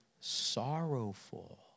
sorrowful